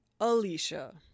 Alicia